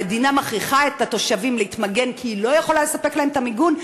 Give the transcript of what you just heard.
המדינה מכריחה את התושבים להתמגן כי היא לא יכולה לספק להם את המיגון?